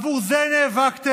עבור זה נאבקתם?